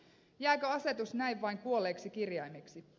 jääkö asetus näin vain kuolleeksi kirjaimeksi